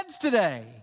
today